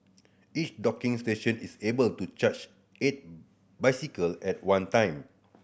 each docking station is able to charge eight bicycle at one time